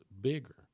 bigger